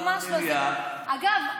רגע,